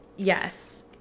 Yes